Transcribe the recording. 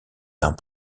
d’un